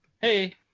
Hey